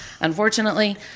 unfortunately